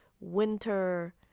winter